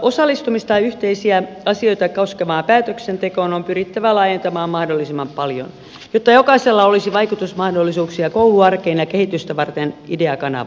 osallistumista yhteisiä asioita koskevaan päätöksentekoon on pyrittävä laajentamaan mahdollisimman paljon jotta jokaisella olisi vaikutusmahdollisuuksia koulun arkeen ja kehitystä varten ideakanava